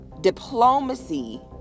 diplomacy